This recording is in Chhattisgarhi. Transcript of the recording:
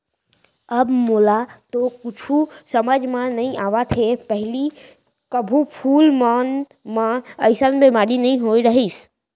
अब मोला तो कुछु समझ म नइ आवत हे, पहिली कभू फूल मन म अइसन बेमारी नइ होत रहिस